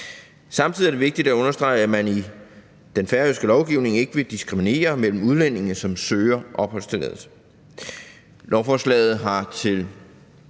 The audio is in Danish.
Samtidig er det vigtigt at understrege, at man i den færøske lovgivning ikke vil diskriminere mellem udlændinge, som søger opholdstilladelse.